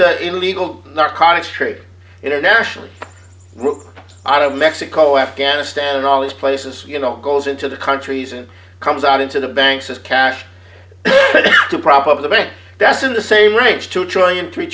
the illegal narcotics trade internationally group out of mexico afghanistan and all these places you know goes into the countries and comes out into the banks as cash to prop up the bank that's in the same range to try and tre